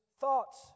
thoughts